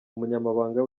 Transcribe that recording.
umunyamabanga